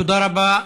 תודה רבה.